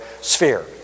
sphere